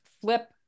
flip